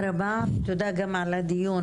הדיון,